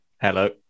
Hello